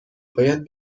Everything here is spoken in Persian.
باید